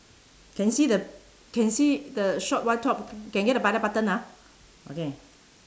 can see the can see the short white top can get the belly button ah okay